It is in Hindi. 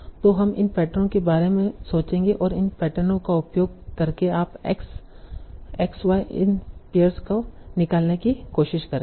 तो हम इन पैटर्नों के बारे में सोचेंगे और इन पैटर्नों का उपयोग करके आप एक्स x y इन पेयर्स को निकालने की कोशिश करेंगे